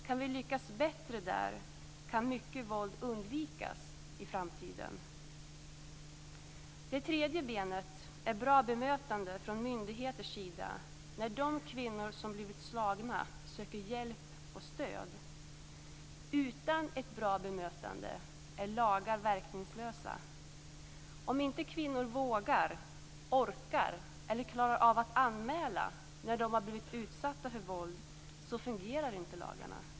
Kan vi lyckas bättre där kan mycket våld undvikas i framtiden. Det tredje benet är bra bemötande från myndigheters sida när de kvinnor som blivit slagna söker hjälp och stöd. Utan ett bra bemötande är lagar verkningslösa. Om inte kvinnor vågar, orkar eller klarar av att anmäla när de har blivit utsatta för våld fungerar inte lagarna.